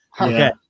Okay